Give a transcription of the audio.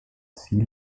sea